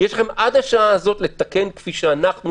יש לכם עד השעה הזאת לתקן כפי שאנחנו,